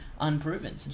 unproven